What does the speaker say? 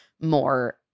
more